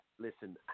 listen